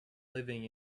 living